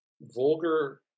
vulgar